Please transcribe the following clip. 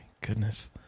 Goodness